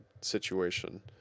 situation